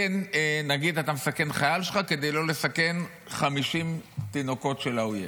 נגיד אתה מסכן חייל שלך כדי לא לסכן 50 תינוקות של האויב.